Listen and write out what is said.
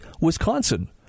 Wisconsin